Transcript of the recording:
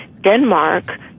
Denmark